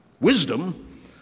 wisdom